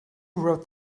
wrote